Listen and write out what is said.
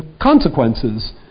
consequences